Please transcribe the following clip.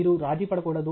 మీరు రాజీపడకూడదు